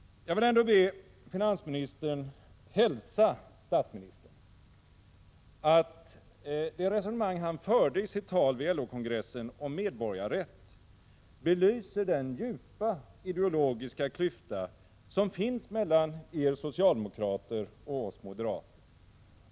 Jag vill ändå be finansministern hälsa statsministern att det resonemang han förde i sitt tal på LO-kongressen om medborgarrätt belyser den djupa ideologiska klyfta som finns mellan er socialdemokrater och oss moderater.